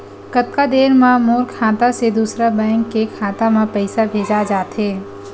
कतका देर मा मोर खाता से दूसरा बैंक के खाता मा पईसा भेजा जाथे?